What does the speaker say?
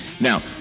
now